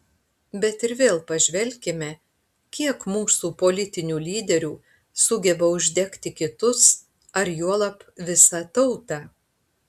bet ir vėl pažvelkime kiek mūsų politinių lyderių sugeba uždegti kitus ar juolab visą tautą